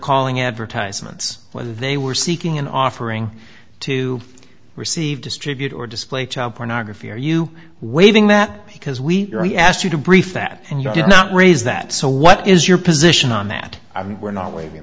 calling advertisements whether they were seeking an offering to receive distribute or display child pornography are you waiving that because we asked you to brief that and you did not raise that so what is your position on that i mean we're not waiving